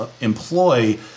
employ